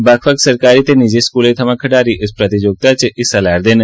बक्ख बक्ख सरकारी ते निजी स्कूलें थमां खड्ढारी इस प्रतियोगिता च हिस्सा लै'दे न